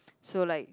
so like